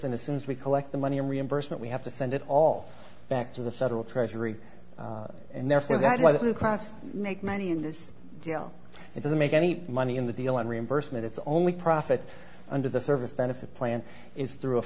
and as soon as we collect the money in reimbursement we have to send it all back to the federal treasury and therefore that was blue cross make money in this deal and doesn't make any money in the deal on reimbursement it's only profit under the service benefit plan is through a